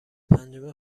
پنجم